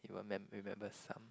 you will mem remember some